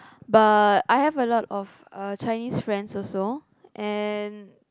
but I have a lot of uh Chinese friends also and